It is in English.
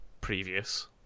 previous